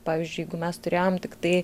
pavyzdžiui jeigu mes turėjome tiktai